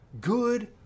good